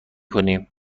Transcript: کنی